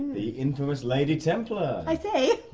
the infamous lady templar. i say!